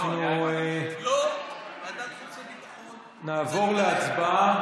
אנחנו נעבור להצבעה.